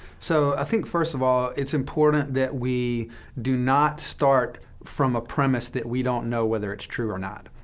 so i think, first of all, it's important that we do not start from a premise that we don't know whether it's true or not.